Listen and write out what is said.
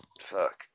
Fuck